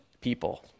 people